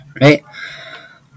right